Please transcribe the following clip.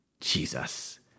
Jesus